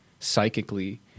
psychically